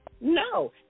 No